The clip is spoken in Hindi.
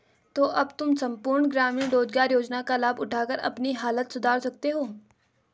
तो अब तुम सम्पूर्ण ग्रामीण रोज़गार योजना का लाभ उठाकर अपनी हालत सुधार सकते हो